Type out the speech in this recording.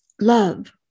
Love